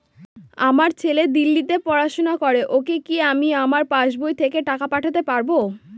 আমার ছেলে দিল্লীতে পড়াশোনা করে ওকে কি আমি আমার পাসবই থেকে টাকা পাঠাতে পারব?